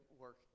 work